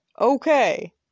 Okay